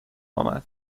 آمد